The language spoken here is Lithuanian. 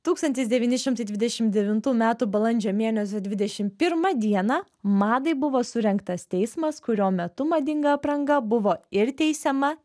tūkstantis devyni šimtai dvidešim devintų metų balandžio mėnesio dvidešim pirmą dieną madai buvo surengtas teismas kurio metu madinga apranga buvo ir teisiama